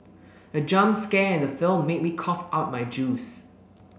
the jump scare in the film made me cough out my juice